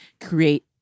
create